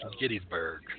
Gettysburg